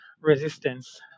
resistance